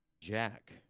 Jack